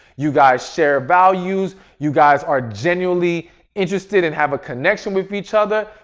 you guys share values, you guys are genuinely interested and have a connection with each other.